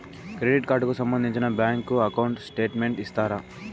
Credit card కు సంబంధించిన bank account statement ఇస్తారా?